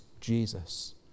Jesus